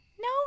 No